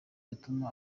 yatumaga